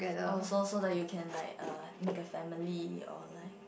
oh so so that you can like err make a family or like